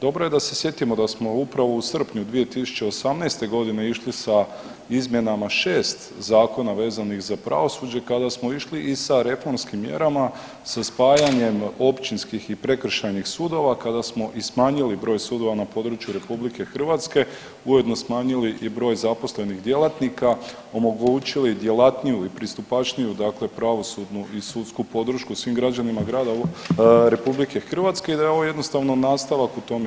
Dobro je da se sjetimo da smo upravo u srpnju 2018.g. išli sa izmjenama 6 zakona vezanih za pravosuđe kada smo išli i sa reformskim mjerama sa spajanjem općinskih i prekršajnih sudova, kada smo i smanjili broj sudova na području RH ujedno smanjili i broj zaposlenih djelatnika, omogućili djelatniju i pristupačniju dakle pravosudnu i sudsku podršku svim građanima grada, RH i da je ovo jednostavno nastavak u tome smjeru.